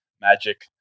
magic